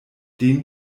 den